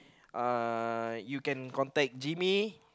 uh you can contact Jimmy